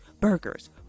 burgers